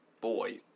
boy